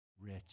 rich